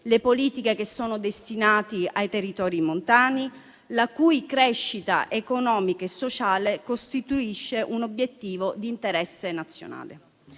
le politiche destinate ai territori montani, la cui crescita economica e sociale costituisce un obiettivo di interesse nazionale.